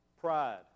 Pride